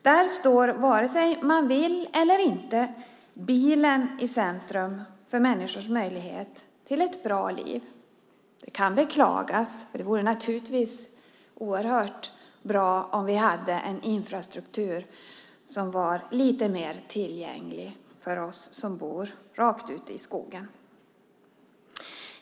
Där står, vare sig man vill eller inte, bilen i centrum för människors möjligheter till ett bra liv. Det kan man beklaga eftersom det naturligtvis vore oerhört bra om vi hade en infrastruktur som var lite mer tillgänglig för oss som bor rakt ut i skogen.